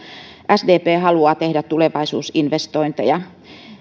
sdp haluaa tehdä tulevaisuusinvestointeja